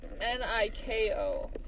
N-I-K-O